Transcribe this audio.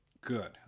Good